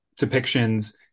depictions